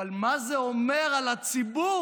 אבל מה זה אומר על הציבור